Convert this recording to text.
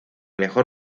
mejor